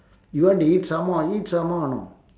you want to eat some more eat some more know